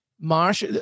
Marsh